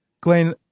Glenn